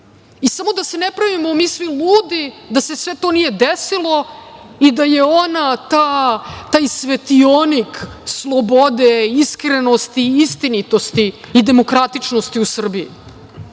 Samo da se ne pravimo mislim ludi da se sve to nije desilo i da je ona taj svetionik slobode, iskrenosti, istinitosti i demokratičnosti u Srbiji,